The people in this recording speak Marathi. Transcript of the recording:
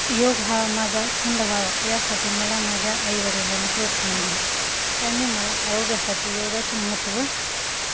योग हा माझा छंद व्हावा यासाठी मला माझ्या आई वडिलांने प्रोत्साहन दिला त्यांनी मला आरोग्यासाठी योगाचे महत्त्व